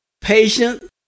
patient